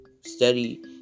Study